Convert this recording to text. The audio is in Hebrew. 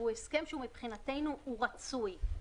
הוא הסכם שמבחינתנו רצוי.